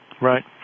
Right